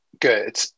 good